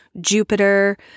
Jupiter